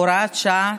הוראת שעה,